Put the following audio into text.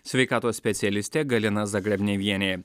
sveikatos specialistė galina zagrebnevienė